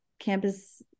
campus